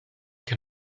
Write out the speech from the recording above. can